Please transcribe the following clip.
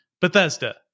bethesda